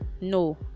no